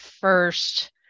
first